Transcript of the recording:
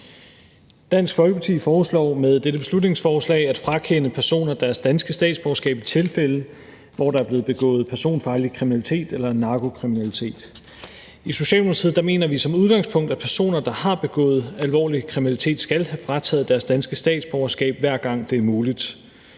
Dansk Folkeparti foreslår med dette beslutningsforslag at frakende personer deres danske statsborgerskab i tilfælde, hvor der er blevet begået personfarlig kriminalitet eller narkokriminalitet. I Socialdemokratiet mener vi som udgangspunkt, at personer, der har begået alvorlig kriminalitet, skal have frataget deres danske statsborgerskab, hver gang det er muligt.